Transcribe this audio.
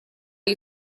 you